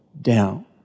down